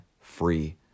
free